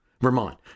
Vermont